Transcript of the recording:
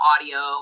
audio